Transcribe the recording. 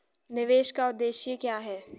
निवेश का उद्देश्य क्या है?